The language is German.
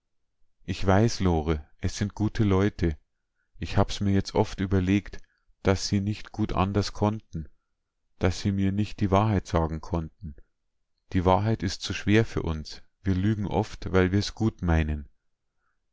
ich weiß lore es sind gute leute ich hab mir's jetzt oft überlegt daß sie nicht gut anders konnten daß sie mir nicht die wahrheit sagen konnten die wahrheit ist zu schwer für uns wir lügen oft weil wir's gut meinen